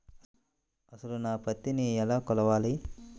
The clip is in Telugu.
అసలు నా పత్తిని ఎలా కొలవాలి?